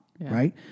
right